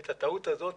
את הטעות הזאת